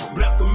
Black